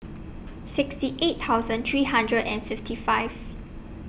sixty eight thousand three hundred and fifty five